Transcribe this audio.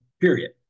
period